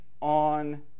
on